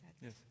Yes